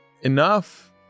Enough